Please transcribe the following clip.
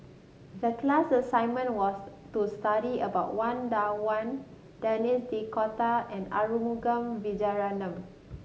the class assignment was to study about Wang Dayuan Denis D'Cotta and Arumugam Vijiaratnam